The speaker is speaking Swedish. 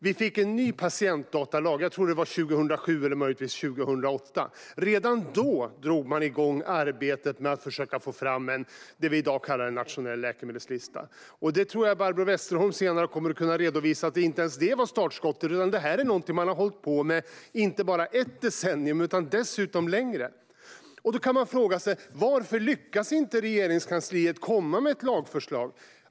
Det kom en ny patientdatalag - 2007 eller möjligtvis 2008. Redan då drog man igång arbetet med att försöka ta fram det vi i dag kallar en nationell läkemedelslista. Barbro Westerholm kommer senare att redovisa att inte ens det var startskottet. Det är något man har hållit på med inte bara ett decennium utan längre. Varför lyckas inte Regeringskansliet lägga fram ett lagförslag?